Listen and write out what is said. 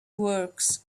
works